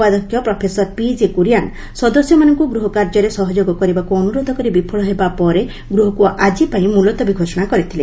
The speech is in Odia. ଉପାଧ୍ୟକ୍ଷ ପ୍ରଫେସର ପିଜେ କୁରିଆନ୍ ସଦସ୍ୟମାନଙ୍କୁ ଗୃହକାର୍ଯ୍ୟରେ ସହଯୋଗ କରିବାକୁ ଅନୁରୋଧ କରି ବିଫଳ ହେବା ପରେ ଗୃହକୁ ଆଜିପାଇଁ ମୁଲତବୀ ଘୋଷଣା କରିଥିଲେ